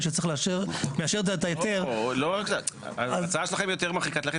שצריך לאשר את ההיתר --- ההצעה שלכם היא יותר מרחיקת לכת.